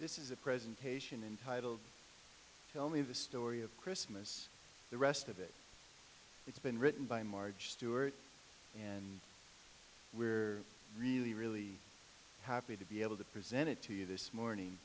this is a presentation in title only the story of christmas the rest of it it's been written by marge stewart and we're really really happy to be able to present it to you this morning